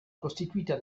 costituita